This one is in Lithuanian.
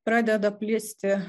pradeda plisti